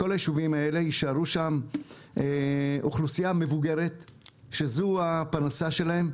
בכל היישובים האלה תישאר האוכלוסייה המבוגרת שזו הפרנסה שלהם,